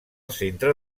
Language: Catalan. centre